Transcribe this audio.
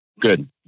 good